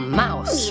mouse